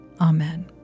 Amen